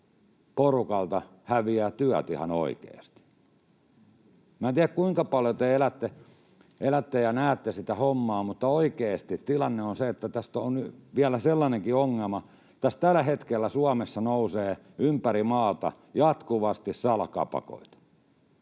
porukalta häviää työt ihan oikeasti. Minä en tiedä, kuinka paljon te elätte ja näette sitä hommaa, mutta oikeasti tilanne on se, että tässä on vielä sellainenkin ongelma, että tällä hetkellä Suomessa nousee ympäri maata jatkuvasti salakapakoita.